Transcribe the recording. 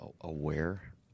aware